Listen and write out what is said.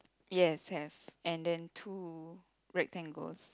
yes have and then two red tangles